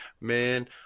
man